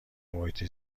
محیط